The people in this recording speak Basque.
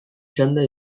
txanda